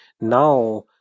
Now